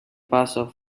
paso